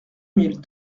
mille